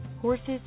Horses